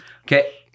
Okay